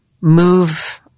move